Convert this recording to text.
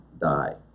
die